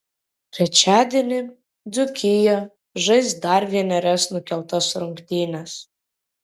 trečiadienį dzūkija žais dar vienerias nukeltas rungtynes